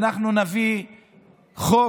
אנחנו נביא חוק